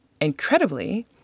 Incredibly